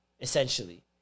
essentially